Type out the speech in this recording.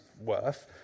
worth